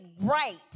right